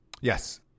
Yes